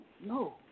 No